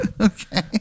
Okay